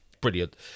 brilliant